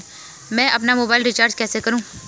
मैं अपना mobile recharge कैसे करूँ?